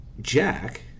Jack